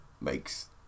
makes